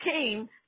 came